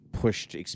pushed